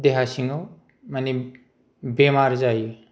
देहा सिङाव माने बेमार जायो